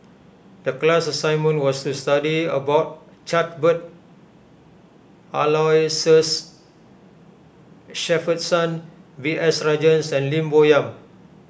the class assignment was to study about Aloysius Shepherdson B S Rajhans and Lim Bo Yam